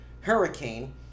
Hurricane